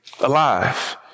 alive